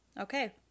Okay